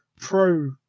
pro